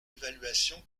évaluation